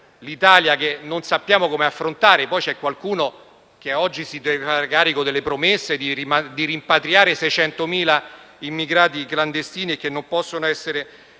dell'Italia che non sappiamo come affrontare. Poi c'è qualcuno che oggi si deve fare carico delle promesse di rimpatriare 600.000 immigrati clandestini che non possono essere